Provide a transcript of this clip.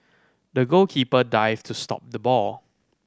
the goalkeeper dived to stop the ball